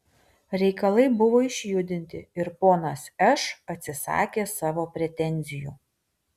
reikalai buvo išjudinti ir ponas š atsisakė savo pretenzijų